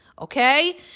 Okay